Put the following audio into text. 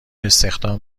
استخدام